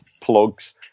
plugs